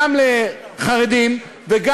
בתור היושב-ראש של השדולה לתעסוקת חרדים וחרדיות?